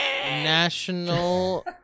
National